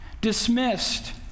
dismissed